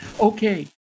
Okay